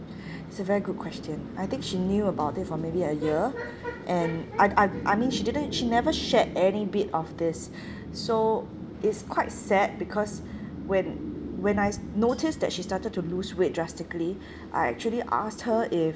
it's a very good question I think she knew about it for maybe a year and I I I mean she didn't she never shared any bit of this so it's quite sad because when when I noticed that she started to lose weight drastically I actually asked her if